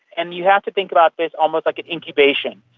and you have to think about this almost like an incubation,